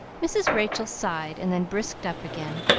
mrs. rachel sighed, and then brisked up again.